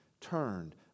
turned